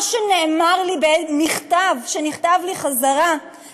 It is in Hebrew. מה שנאמר לי במכתב שנכתב לי